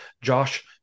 Josh